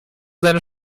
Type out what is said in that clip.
seine